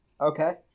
Okay